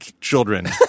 children